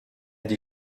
des